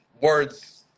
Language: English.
words